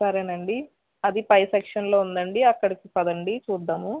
సరేనండి అది పై సెక్షన్ లో ఉందండి అక్కడికి పదండి చూద్దాము